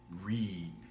read